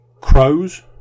crows